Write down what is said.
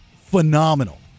phenomenal